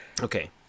Okay